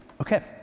Okay